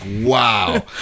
wow